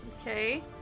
Okay